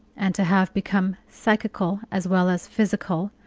and to have become psychical as well as physical,